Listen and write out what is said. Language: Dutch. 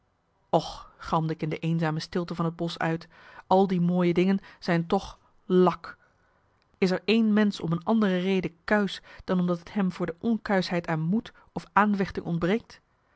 galmde ik in de eenzame stilte van het bosch uit al die mooie dingen zijn toch lak is er één mensch om een andere reden kuisch dan omdat t hem voor de onkuischheid aan moed of aanvechting ontbreekt